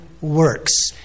works